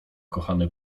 kochany